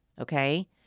Okay